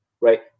right